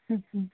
ಹ್ಞೂ ಹ್ಞೂ